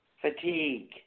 fatigue